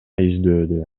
издөөдө